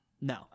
No